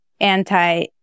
anti